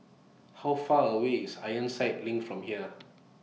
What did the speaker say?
How Far away IS Ironside LINK from here